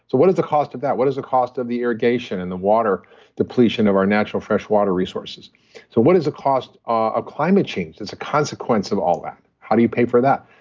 so what is the cost of that? what is the cost of the irrigation and the water depletion of our natural freshwater resources? so what is the cost of ah climate change that's a consequence of all that? how do you pay for that?